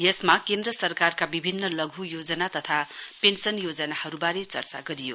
यसमा केन्द्र सरकारका विभिन्न सुक्ष्म योजना तथा पेन्सन योजनाहरूबारे चर्चा गरियो